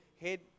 head